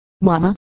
Mama